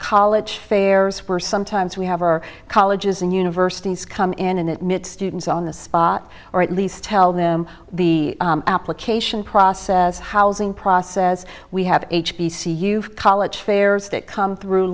college fairs for sometimes we have our colleges and universities come in and at mit students on the spot or at least tell them the application process housing process we have h b c you've college fairs that come through